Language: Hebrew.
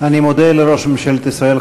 אני מודה לראש ממשלת ישראל,